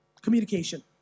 Communication